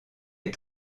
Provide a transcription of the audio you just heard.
est